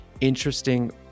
interesting